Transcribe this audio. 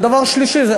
דבר שלישי,